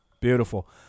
Beautiful